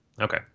Okay